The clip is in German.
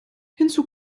hinzu